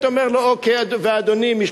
אבּוס